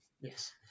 Yes